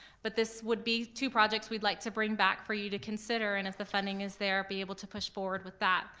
but this would be two projects we'd like to bring back for you to consider, and if the funding is there, be able to push forward with that.